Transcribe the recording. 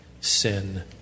sin